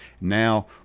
Now